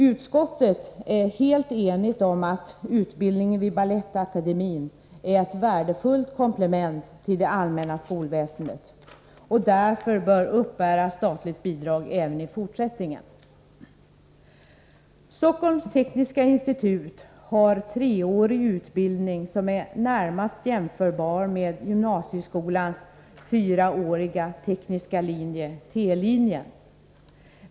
Utskottet är helt enigt om att utbildningen vid Balettakademien är ett värdefullt komplement till det allmänna skolväsendet och därför bör uppbära statligt bidrag även i fortsättningen. Stockholms Tekniska institut har treårig utbildning som är närmast jämförbar med gymnasieskolans fyraåriga tekniska linje, T-linjen.